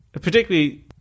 particularly